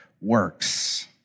works